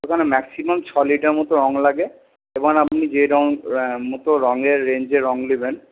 ওখানে ম্যাক্সিমাম ছ লিটার মতো রঙ লাগে এবং আপনি যে রঙ মতো রঙের রেঞ্জের রঙ নেবেন